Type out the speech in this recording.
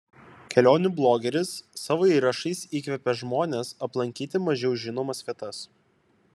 kelionių blogeris savo įrašais įkvepia žmones aplankyti mažiau žinomas vietas